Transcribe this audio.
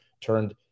turned